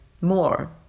more